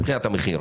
מבחינת המחיר?